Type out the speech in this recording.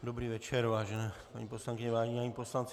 Dobrý večer, vážené paní poslankyně, vážení páni poslanci.